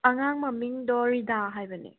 ꯑꯉꯥꯡ ꯃꯃꯤꯡꯗꯣ ꯔꯤꯗꯥ ꯍꯥꯏꯕꯅꯦ